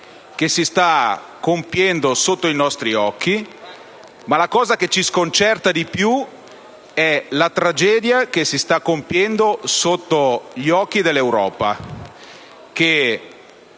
che si sta compiendo sotto i nostri occhi, ma ciò che ci sconcerta di più è che la tragedia si stia compiendo sotto gli occhi dell'Europa,